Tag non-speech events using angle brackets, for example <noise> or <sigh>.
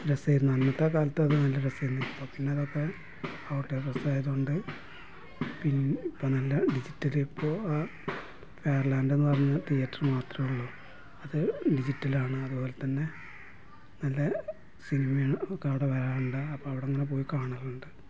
രസമായിരുന്നു അന്നത്തെ കാലത്ത് അത് നല്ല രസമായിരുന്നു ഇപ്പോൾ പിന്നെ അതൊക്കെ <unintelligible> ആയതുകൊണ്ട് ഇപ്പം നല്ല ഡിജിറ്റല് ഇപ്പോൾ ഫെയർലാൻഡ് പറഞ്ഞ തിയേറ്റര് മാത്രം ഉള്ളൂ അത് ഡിജിറ്റൽ ആണ് അതുപോലെത്തന്നെ നല്ല സിനിമയാണ് ഒക്കെ അവിടെ വരാറുണ്ട് അപ്പോൾ അവിടെ അങ്ങനെ പോയി കാണലുണ്ട്